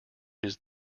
his